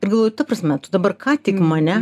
ir galvoju ta prasme tu dabar ką tik mane